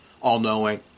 all-knowing